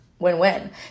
Win-win